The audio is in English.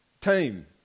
team